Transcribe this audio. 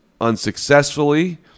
unsuccessfully